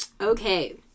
Okay